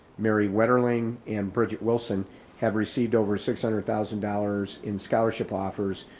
mary wetterling and bridget wilson have received over six hundred thousand dollars in scholarship offers.